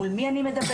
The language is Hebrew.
מול מי אני מדברת,